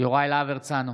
יוראי להב הרצנו,